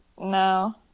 No